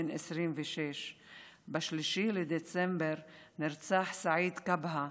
בן 26. ב-3 בדצמבר נרצח סעיד כבהא